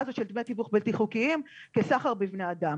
הזו של דמי תיווך בלתי חוקיים כסחר בבני אדם.